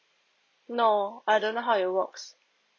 no I don't know how it works